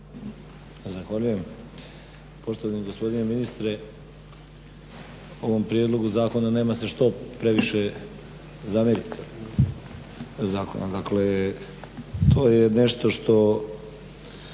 zahvaljujem. Poštovani gospodine ministre, ovom prijedlogu zakona nema se što previše zamjeriti. Dakle, to je nešto što